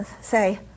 say